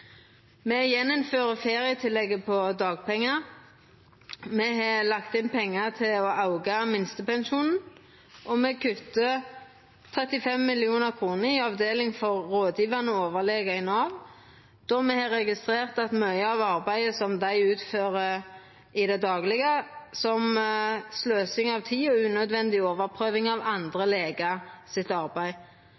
Me fører inn igjen ferietillegget på dagpengar. Me har lagt inn pengar til å auka minstepensjonen, og me kuttar 35 mill. kr i avdeling for rådgjevande overlegar i Nav, då me har registrert at mykje av arbeidet som dei utfører i det daglege, er sløsing av tid og unødvendig overprøving av andre